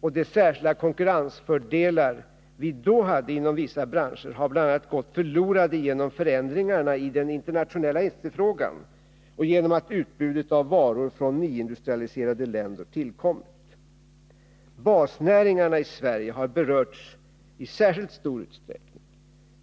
och de särskilda konkurrensfördelar som vi då också hade inom vissa branscher har bl.a. gått förlorade till följd av förändringarna i den internationella efterfrågan och på grund av att utbudet av varor från nyindustrialiserade länder tillkommit. Basnäringarna i Sverige har berörts i särskilt stor utsträckning.